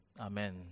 Amen